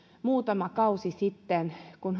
muutama kausi sitten kun